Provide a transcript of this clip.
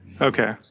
Okay